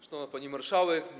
Szanowna Pani Marszałek!